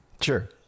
Sure